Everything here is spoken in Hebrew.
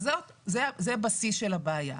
זה הבסיס של הבעיה.